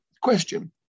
Question